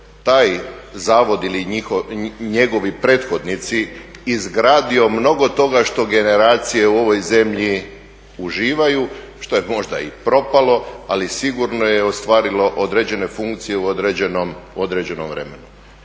taj zavod ili njegovi prethodnici izgradio mnogo toga što generacije u ovoj zemlji uživaju što je možda i propalo ali sigurno je ostvarilo određene funkcije u određenom vremenu.